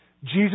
Jesus